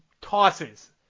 tosses